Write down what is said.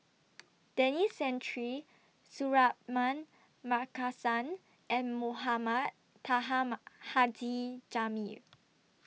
Denis Santry Suratman Markasan and Mohamed Taha Ma Haji Jamil